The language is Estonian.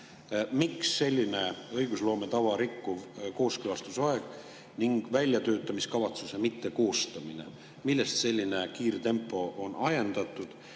Miks selline õigusloome tava rikkuv kooskõlastusaeg ning väljatöötamiskavatsuse mittekoostamine? Millest selline kiirtempo on ajendatud? Ning